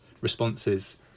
responses